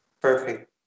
Perfect